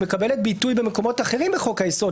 שמקבלת ביטוי במקומות אחרים בחוק היסוד.